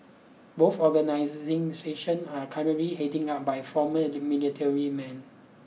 both organisation are currently heading up by former military men